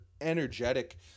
energetic